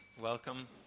welcome